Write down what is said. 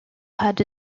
had